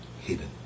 hidden